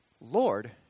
Lord